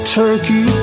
turkey